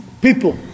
people